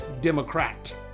Democrat